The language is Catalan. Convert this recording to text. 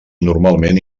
normalment